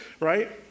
right